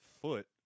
foot